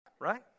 Right